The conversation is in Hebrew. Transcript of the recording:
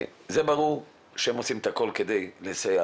זה ברור שהם עושים את הכל כדי לסייע